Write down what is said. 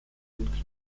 und